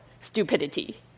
stupidity